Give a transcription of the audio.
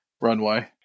runway